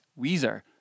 Weezer